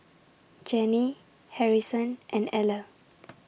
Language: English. Jenny Harrison and Eller